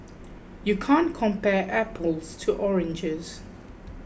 you can't compare apples to oranges